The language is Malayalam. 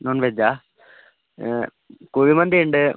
നോൺവെജാ കുഴിമന്തി ഉണ്ട്